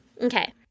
Okay